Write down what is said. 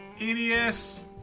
NES